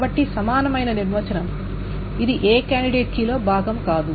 కాబట్టి సమానమైన నిర్వచనం ఇది ఏ కాండిడేట్ కీలో భాగం కాదు